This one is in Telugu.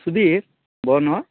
సుధీర్ బాగున్నావా